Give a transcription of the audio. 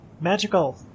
Magical